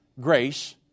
grace